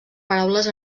paraules